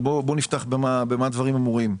נפתח במה דברים אמורים.